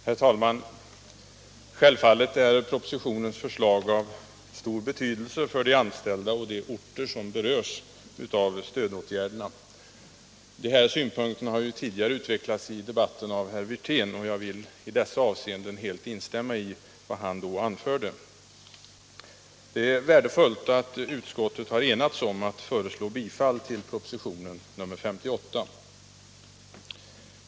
Herr talman! Självfallet är propositionens förslag av stor betydelse för de anställda och de orter som berörs av stödåtgärderna. Dessa synpunkter har tidigare i debatten utvecklats av herr Wirtén, och jag vill i det avseendet helt instämma i vad han då anförde. Det är värdefullt att utskottet har enats om att föreslå bifall till propositionen 58.